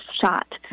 shot